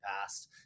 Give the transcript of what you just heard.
past